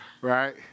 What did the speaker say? right